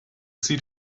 see